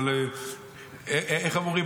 איך אומרים?